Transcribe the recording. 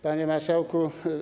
Panie Marszałku!